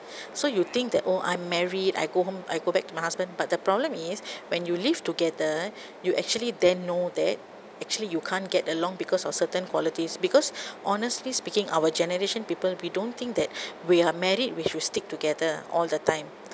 so you think that oh I'm married I go home I go back to my husband but the problem is when you live together you actually then know that actually you can't get along because of certain qualities because honestly speaking our generation people we don't think that we are married we should stick together all the time